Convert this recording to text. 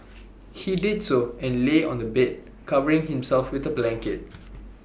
he did so and lay on the bed covering himself with A blanket